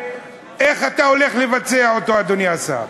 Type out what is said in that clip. ואיך אתה הולך לבצע אותו, אדוני השר?